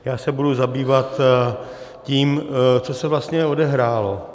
Já se budu zabývat tím, co se vlastně odehrálo.